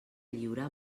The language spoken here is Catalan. lliure